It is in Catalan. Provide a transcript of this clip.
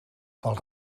pel